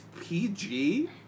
PG